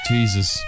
Jesus